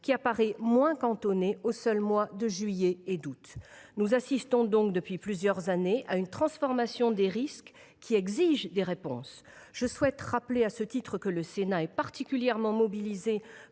qui apparaît moins cantonnée aux seuls mois de juillet et d’août. Nous assistons donc depuis plusieurs années à une transformation des risques, qui exige des réponses. Je souhaite rappeler à ce titre que le Sénat est particulièrement mobilisé